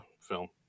film